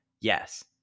Yes